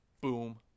boom